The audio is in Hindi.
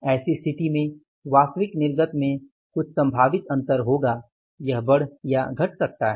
ऐसी स्थिती में वास्तविक निर्गत में कुछ संभावित अंतर होगा यह बढ़ या घट सकता है